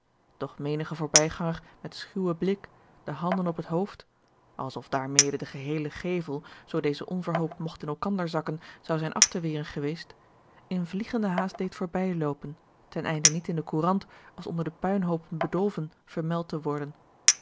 menigen voorbijganger met schuwen blik de handen op het hoofd alsof daarmede de geheele gevel zoo deze onverhoopt mogt in elkander zakken zou zijn af te weren geweest in vliegenden haast deed voorbij loopen ten einde niet in de courant als onder de puinhoopen bedolven vermeld te worden